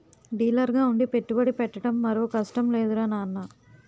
డీలర్గా ఉండి పెట్టుబడి పెట్టడం మరో కష్టం లేదురా నాన్నా